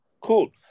cool